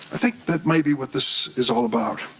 i think that may be what this is all about,